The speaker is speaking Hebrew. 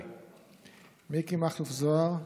מיקי מכלוף זוהר,